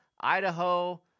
Idaho